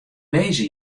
lizze